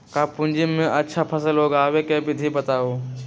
कम पूंजी में अच्छा फसल उगाबे के विधि बताउ?